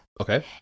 okay